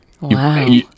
wow